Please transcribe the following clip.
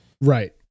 Right